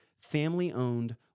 family-owned